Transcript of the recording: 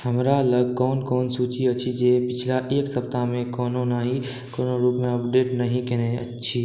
हमरा लग कौन कौन सूची अछि जे पिछला एक सप्ताहमे कोनो ने कोनो रूपमे अपडेट नहि केने छी